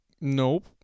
nope